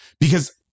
Because-